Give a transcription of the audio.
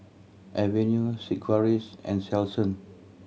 Avene Sigvaris and Selsun